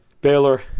Baylor